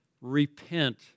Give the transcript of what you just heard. Repent